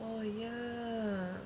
oh ya